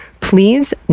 please